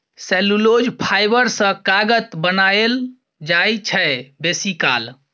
cellulose fibre सँ कागत बनाएल जाइ छै बेसीकाल